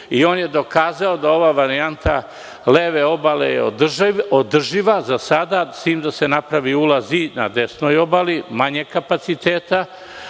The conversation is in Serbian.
i on je dokazao da ova varijanta leve obale je održiva za sada, s tim da se napravi ulaz i na desnoj obali manjeg kapaciteta,